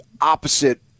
opposite